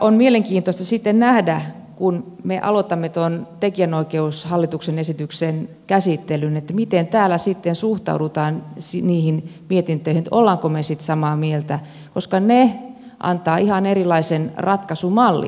on mielenkiintoista sitten nähdä kun me aloitamme tuon tekijänoikeutta koskevan hallituksen esityksen käsittelyn miten täällä sitten suhtaudutaan niihin mietintöihin ja olemmeko me sitten samaa mieltä koska ne antavat ihan erilaisen ratkaisumallin